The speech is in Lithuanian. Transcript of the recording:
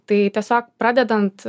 tai tiesiog pradedant